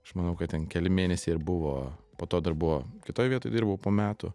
aš manau kad ten keli mėnesiai ir buvo po to dar buvo kitoj vietoj dirbau po metų